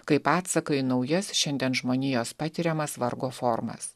kaip atsaką į naujas šiandien žmonijos patiriamas vargo formas